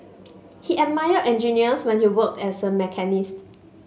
he admired engineers when he worked as a machinist